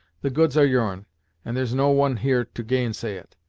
the goods are your'n, and there's no one here to gainsay it.